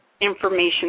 information